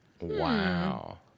Wow